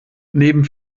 neben